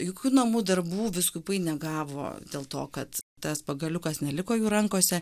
jokių namų darbų vyskupai negavo dėl to kad tas pagaliukas neliko jų rankose